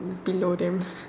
level below them